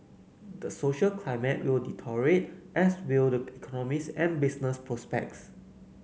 the social climate will deteriorate as will the economies and business prospects